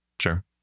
Sure